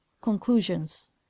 Conclusions